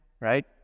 Right